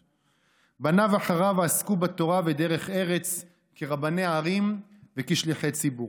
בניו אחריו עסקו בתורה בדרך ארץ כרבני ערים וכשליחי ציבור.